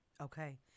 Okay